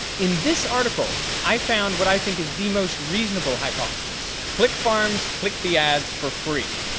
in this article i found what i think is the most reasonable hypothesis. click-farms click the ads for free.